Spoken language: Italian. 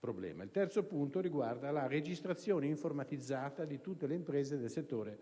Il terzo punto riguarda la registrazione informatizzata di tutte le imprese del settore